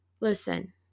listen